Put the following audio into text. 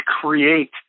create